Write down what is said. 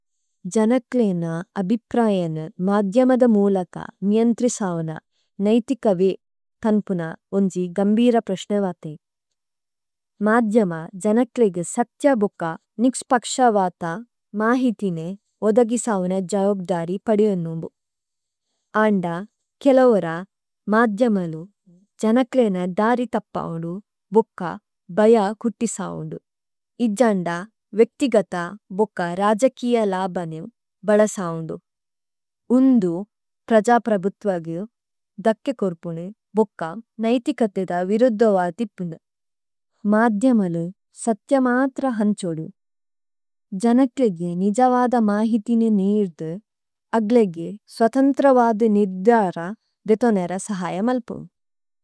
ജനകലിയന അഭിപരായന മാധിയമദ മഓലക മിയംതരിസാവന നഈതികവഇ തനപണാ ഒംജി ഗമിരാ പരശനവാതി। മാധിയമാ ജനകലഇഗി സതിയ ബഗാ നികസപകഷാവാതാ മാഹിതിന ഉദഗിസാവന ജാഓഗഡാരി പഡിയംദ। ആംഡാ കിലവരാ മാധിയമാലി ജനകലഇന ദാരി തപപാഓഡി ബഗാ ബയാ ഖംടിസാഓഡി। ഇജാണഡാ വികടിഗതാ ബഗാ രാജകിയലാബന ബളസാഓഡി। ഉനദി പരജാ പരഗിതവാഗി ദകകരപണി ബഗാ നഈതികധിദ വിരിദധവാധിപണി। മാധയമലി സതിയമാതരഹനചവഡി। ജനകലഗി നിജവാദമാഹിതിന നിയിദദ, അഗലഗി സവതംതരവാധി നിദദാരാ ദി।